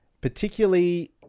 Particularly